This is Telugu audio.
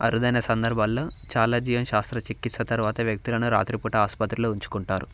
అరుదైన సందర్భాల్లో చలాజియోన్ శస్త్రచికిత్స తర్వాత వ్యక్తులను రాత్రిపూట ఆసుపత్రిలో ఉంచుకుంటారు